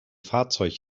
fahrzeug